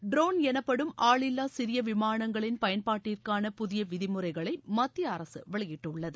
drone எனப்படும் ஆளில்லா சிறிய விமானங்களின் பயன்பாட்டிற்கான புதிய விதிமுறைகளை மத்திய அரசு வெளியிட்டுள்ளது